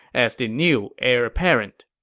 as the new heir apparent